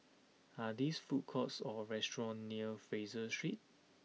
are these food courts or restaurants near Fraser Street